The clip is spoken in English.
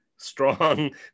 Strong